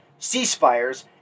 ceasefires